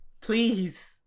please